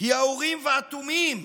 היא האורים והתומים